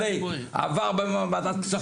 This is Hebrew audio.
עבר בוועדת הכספים,